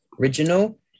original